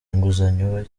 inguzanyo